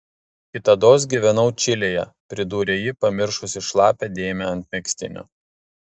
kitados gyvenau čilėje pridūrė ji pamiršusi šlapią dėmę ant megztinio